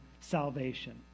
salvation